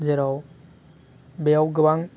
जेराव बेयाव गोबां